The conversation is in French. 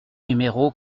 numéro